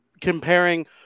comparing